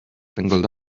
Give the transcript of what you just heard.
tangled